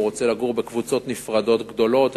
הוא רוצה לגור בקבוצות נפרדות גדולות,